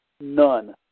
None